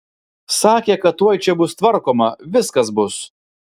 sakė kad tuoj čia bus tvarkoma viskas bus